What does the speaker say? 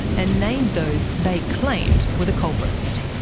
and named those they claimed were the culprits.